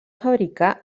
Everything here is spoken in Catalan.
fabricar